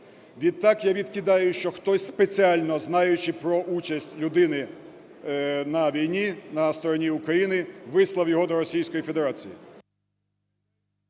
Відтак я відкидаю, що хтось спеціально знаючи про участь людини на війні на стороні України вислав його до Російської Федерації…